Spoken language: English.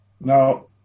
Now